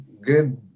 Good